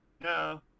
No